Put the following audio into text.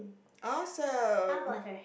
awesome